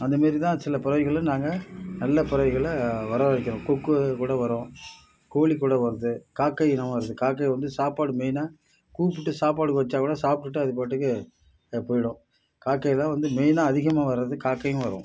அந்த மாதிரி தான் சில பறவைகளை நாங்கள் நல்ல பறவைகளை வர வெக்கிறோம் கொக்கு கூட வரும் கோழி கூட வருது காக்கை இனம் வருது காக்கை வந்து சாப்பாடு மெய்னாக கூப்பிட்டுட்டு சாப்பாடு வெச்சால் கூட சாப்பிட்டுட்டு அது பாட்டுக்கு போய்விடும் காக்கை தான் வந்து மெய்னாக அதிகமாக வர்றது காக்கையும் வரும்